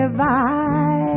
bye